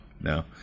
no